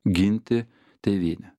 ginti tėvynę